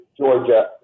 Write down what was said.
Georgia